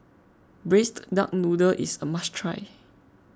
Braised Duck Noodle is a must try